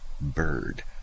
bird